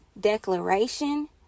declaration